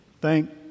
Thank